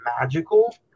magical